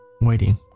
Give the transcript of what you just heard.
waiting